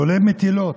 לולי מטילות.